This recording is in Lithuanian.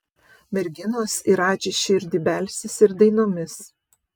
merginos į radži širdį belsis ir dainomis